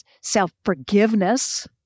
self-forgiveness